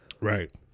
Right